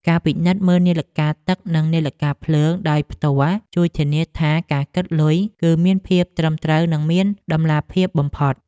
ការពិនិត្យមើលនាឡិកាទឹកនិងនាឡិកាភ្លើងដោយផ្ទាល់ជួយធានាថា ការគិតលុយគឺមានភាពត្រឹមត្រូវនិងមានតម្លាភាពបំផុត។